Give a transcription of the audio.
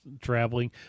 traveling